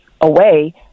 away